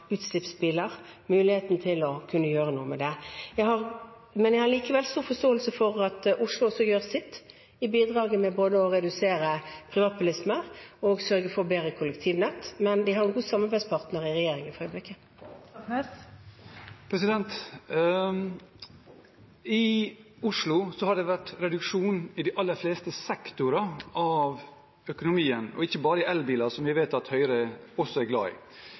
muligheten til å kunne gjøre noe med det. Jeg har likevel stor forståelse for at også Oslo gjør sitt i bidraget med både å redusere privatbilisme og å sørge for bedre kollektivnett, men de har en god samarbeidspartner i regjeringen for øyeblikket. I Oslo har det vært reduksjon i de aller fleste sektorer av økonomien, og ikke bare i elbiler, som vi vet at Høyre også er glad i.